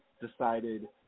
decided